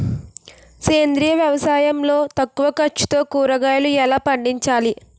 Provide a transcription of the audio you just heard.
సేంద్రీయ వ్యవసాయం లో తక్కువ ఖర్చుతో కూరగాయలు ఎలా పండించాలి?